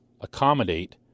accommodate